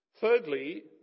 Thirdly